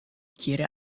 quiere